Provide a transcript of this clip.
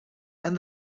and